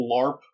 LARP